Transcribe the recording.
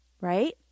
right